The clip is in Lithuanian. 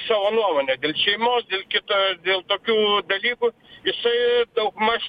savo nuomonę dėl šeimos dėl kita dėl tokių dalykų jisai daugmaž